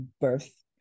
birth